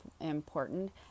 important